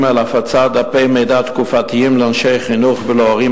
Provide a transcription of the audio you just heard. הפצת דפי מידע תקופתיים לאנשי חינוך ולהורים,